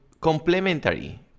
complementary